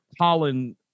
Colin